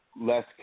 less